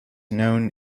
known